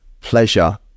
pleasure